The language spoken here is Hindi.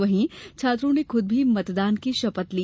वहीं छात्रों ने खुद भी मतदान की शपथ ली